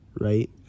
right